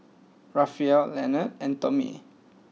Rafael Lenard and Tomie